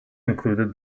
included